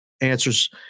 answers